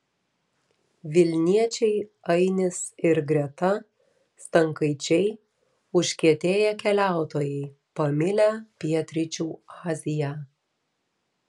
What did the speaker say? vilniečiai ainis ir greta stankaičiai užkietėję keliautojai pamilę pietryčių aziją